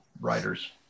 writers